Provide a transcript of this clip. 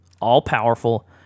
all-powerful